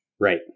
Right